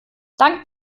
dank